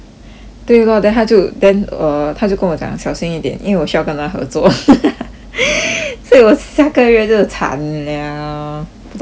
对 lor then 他就 then uh 他就跟我讲小心一点因为我需要跟他合作 所以我下个月就惨 liao 不懂要怎么办